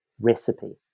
recipe